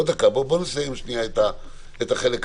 בואו נסיים את החלק הזה.